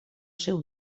seu